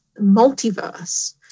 multiverse